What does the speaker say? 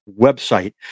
website